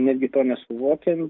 netgi to nesuvokiant